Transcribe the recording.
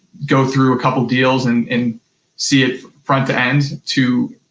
go through a couple of deals and and see it front to end to,